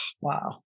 Wow